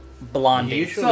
blondie